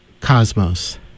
cosmos